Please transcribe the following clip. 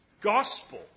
gospel